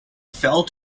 fell